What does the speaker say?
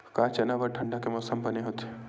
का चना बर ठंडा के मौसम बने होथे?